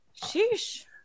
Sheesh